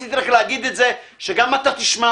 רציתי רק להגיד את זה שגם אתה תישמע,